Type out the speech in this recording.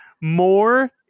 more